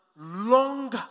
Long